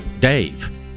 Dave